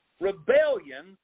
Rebellion